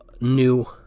new